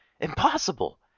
impossible